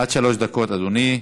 עד שלוש דקות, אדוני.